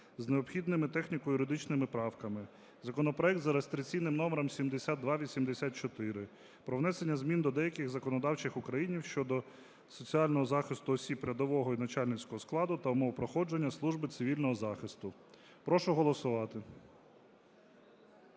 з необхідними техніко-юридичними правками законопроект за реєстраційним номером 7284 про внесення змін до деяких законодавчих актів України щодо соціального захисту осіб рядового і начальницького складу та умов проходження служби цивільного захисту. Прошу голосувати.